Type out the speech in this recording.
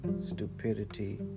stupidity